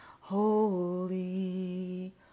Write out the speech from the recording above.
holy